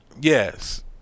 yes